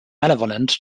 malevolent